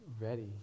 ready